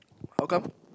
how come